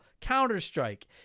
Counter-Strike